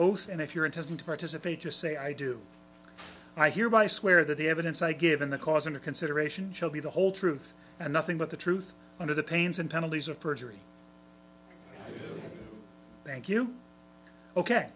oath and if your intent to participate just say i do i hereby swear that the evidence i give in the cause under consideration shall be the whole truth and nothing but the truth under the pains and penalties of perjury thank you ok